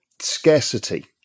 scarcity